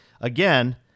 again